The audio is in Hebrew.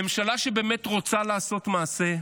ממשלה שבאמת רוצה לעשות מעשה,